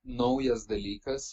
naujas dalykas